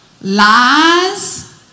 Lies